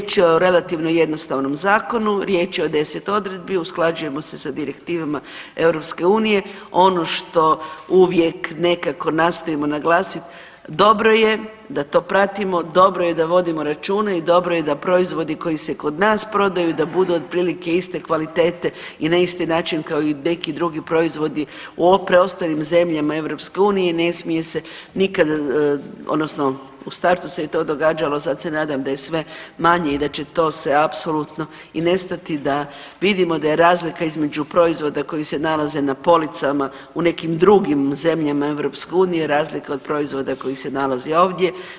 Kao što sam uvodno rekla, tako ću i završiti, riječ je relativno jednostavnom zakonu, riječ je o 10 odredbi, usklađujemo se sa direktivama EU, ono što uvijek nekako nastojimo naglasiti, dobro je da to pratimo, dobro je da vodimo računa i dobro je da proizvodi koji se kod nas prodaju da budu otprilike iste kvalitete i na isti način kao i neki drugi proizvodi u preostalim zemljama EU, ne smije se nikada odnosno u startu se je to događalo, sad se nadam da je sve manje i da će to se apsolutno i nestati da vidimo da je razlika između proizvoda koji se nalaze na policama u nekim drugim zemljama EU razlika od proizvoda koji se nalazi ovdje.